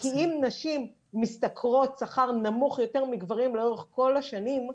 כי אם נשים משתכרות שכר נמוך יותר מגברים לאורך כל השנים,